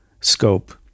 scope